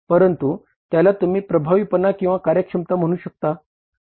परंतु त्याला तुम्ही प्रभावीपणा किंवा कार्यक्षमता म्हणू शकता